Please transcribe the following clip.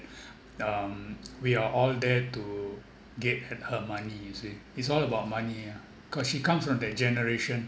um we are all there to get her her money you see it's all about money ya cause she comes from that generation